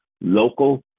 local